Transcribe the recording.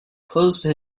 closed